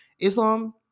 Islam